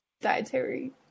dietary